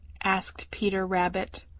asked peter rabbit.